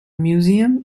museum